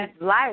life